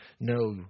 No